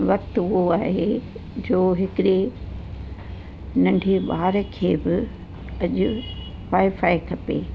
वक़्तु उहो आहे जो हिकिड़े नंढे ॿार खे बि अॼु वाएफाए खपे